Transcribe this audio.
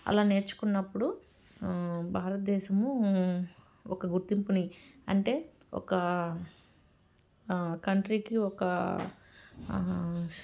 అలా నేర్చుకున్నప్పుడు భారతదేశము ఒక గుర్తింపుని అంటే ఒక కంట్రీకి ఒక